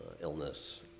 illness